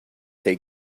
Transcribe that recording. they